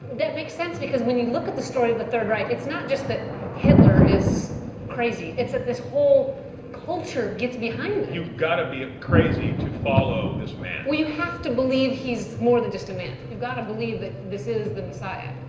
that makes sense because when you look at the story of the third reich, it's not just that hitler is crazy. it's that this whole culture gets behind this. you've got to be crazy to follow this man. well, you have to believe he's more than just a man. you've got to believe that this is the messiah.